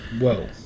Whoa